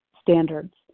standards